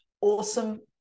Awesome